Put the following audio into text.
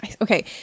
Okay